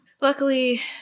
Luckily